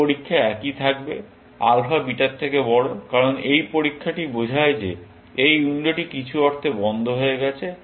এই পরীক্ষা একই থাকবে আলফা বিটার থেকে বড় কারণ এই পরীক্ষাটি বোঝায় যে এই উইন্ডোটি কিছু অর্থে বন্ধ হয়ে গেছে